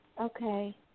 Okay